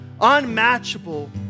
Unmatchable